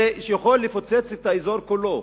זה יכול לפוצץ את האזור כולו,